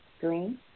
Green